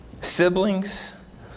siblings